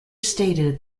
stated